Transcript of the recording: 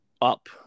up